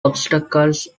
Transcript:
obstacles